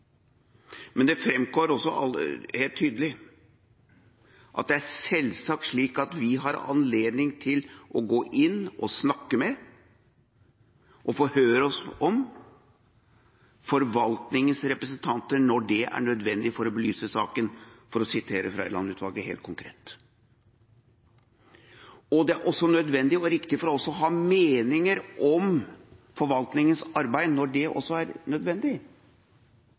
Men det framgår også helt tydelig at det selvsagt er slik at vi har anledning til å gå inn og snakke med og forhøre oss om forvaltningens representanter når det er nødvendig «for å belyse saken», for å sitere Frøiland-utvalget helt konkret. Det er også nødvendig og riktig for oss å ha meninger om forvaltningens arbeid når det også er nødvendig.